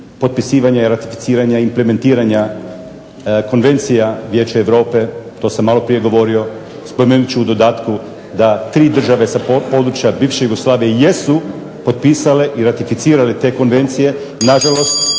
potpisivanja i ratificiranja i implementiranja Konvencija Vijeća Europe. To sam malo prije govorio. Spomenut ću u dodatku da tri države sa područja bivše Jugoslavije jesu potpisale i ratificirale te konvencije. Na žalost